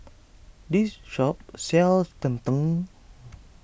this shop sells Tng Tng